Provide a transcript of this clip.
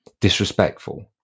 disrespectful